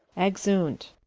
exeunt.